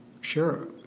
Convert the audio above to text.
sure